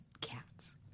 cats